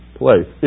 place